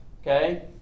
okay